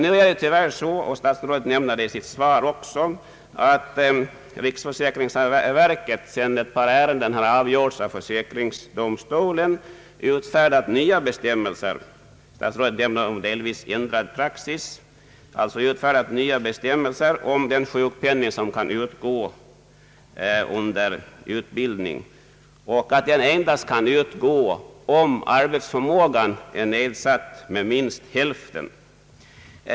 Nu är det tyvärr så — statsrådet nämner det också i sitt svar — att riksförsäkringsverket, sedan några ärenden avgjorts av försäkringsdomstolen, utfärdat nya bestämmelser, som innebär delvis ändrad praxis rörande den sjukpenning som kan utgå under utbildning. Sådan sjukpenning skall kunna utgå endast om arbetsförmågan är nedsatt med minst hälften.